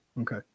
Okay